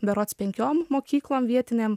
berods penkiom mokyklom vietinėm